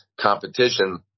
competition